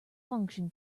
function